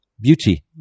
beauty